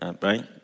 Right